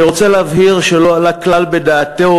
אני רוצה להבהיר שלא עלה כלל בדעתו